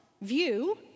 view